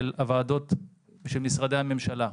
הוועדות, משרדי הממשלה,